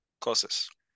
closest